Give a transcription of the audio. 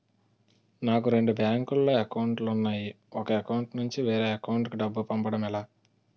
నాకు రెండు బ్యాంక్ లో లో అకౌంట్ లు ఉన్నాయి ఒక అకౌంట్ నుంచి వేరే అకౌంట్ కు డబ్బు పంపడం ఎలా?